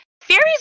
fairies